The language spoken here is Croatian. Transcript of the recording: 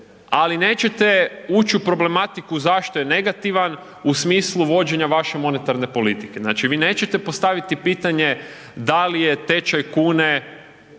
ali nećete uć u problematiku zašto je negativan u smislu vođenja vaše monetarne politike, znači vi nećete postaviti pitanje da li je tečaj kune